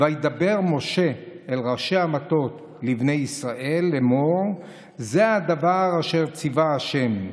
"וידבר משה אל ראשי המטות לבני ישראל לאמר זה הדבר אשר צוה ה'.